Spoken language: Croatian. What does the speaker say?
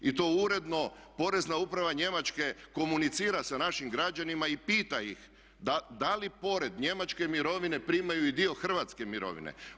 I to uredno porezna uprava Njemačke komunicira sa našim građanima i pita ih da li pored njemačke mirovine primaju i dio Hrvatske mirovine.